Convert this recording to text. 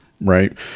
Right